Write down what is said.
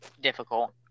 difficult